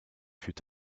fut